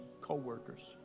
co-workers